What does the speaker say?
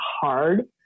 hard